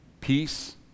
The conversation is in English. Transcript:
Peace